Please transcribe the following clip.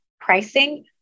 pricing